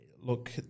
Look